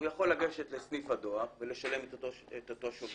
הוא יכול לגשת לסניף הדואר ולשלם את השובר,